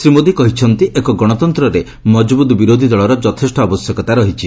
ଶ୍ରୀ ମୋଦି କହିଛନ୍ତି ଏକ ଗଣତନ୍ତ୍ରରେ ମଜବୁତ ବିରୋଧୀ ଦଳର ଯଥେଷ୍ଟ ଆବଶ୍ୟକତା ରହିଛି